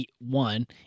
one